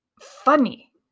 funny